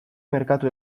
merkatu